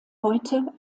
heute